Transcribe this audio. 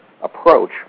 approach